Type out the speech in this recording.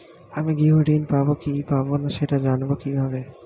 আমি গৃহ ঋণ পাবো কি পাবো না সেটা জানবো কিভাবে?